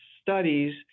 studies